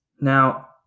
now